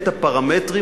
את הפרמטרים,